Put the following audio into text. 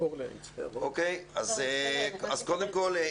קודם כל,